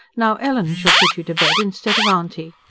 now, ellen shall put you to bed instead of auntie.